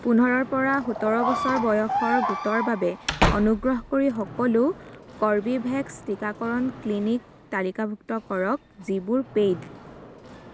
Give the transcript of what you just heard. পোন্ধৰৰ পৰা সোতৰ বছৰ বয়সৰ গোটৰ বাবে অনুগ্ৰহ কৰি সকলো কৰ্বীভেক্স টীকাকৰণ ক্লিনিক তালিকাভুক্ত কৰক যিবোৰ পেইড